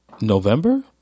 November